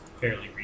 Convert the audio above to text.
fairly